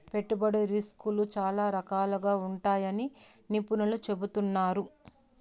పెట్టుబడి రిస్కులు చాలా రకాలుగా ఉంటాయని నిపుణులు చెబుతున్నారు